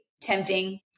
tempting